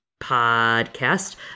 podcast